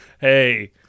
hey